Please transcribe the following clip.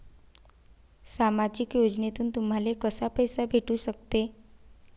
सामाजिक योजनेतून तुम्हाले कसा पैसा भेटू सकते?